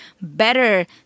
better